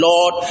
Lord